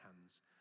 hands